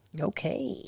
Okay